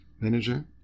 manager